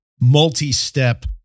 multi-step